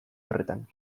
horretan